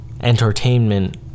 entertainment